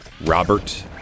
Robert